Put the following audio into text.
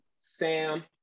Sam